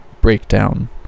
breakdown